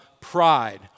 pride